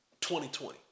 2020